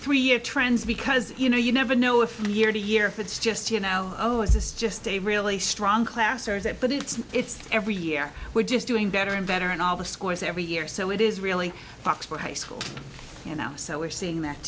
three year trends because you know you never know if one year to year it's just you know oh is this just a really strong class or is it but it's it's every year we're just doing better and better and all the scores every year so it is really box for high school and now so we're seeing that